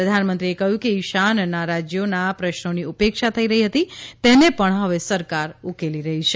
પ્રધાનમંત્રીએ કહ્યું કે ઇશાનનાં રાજયોના પ્રશ્નોની ઉપેક્ષા થઇ રહી હતી તેને પણ સરકાર ઉકેલી રહી છે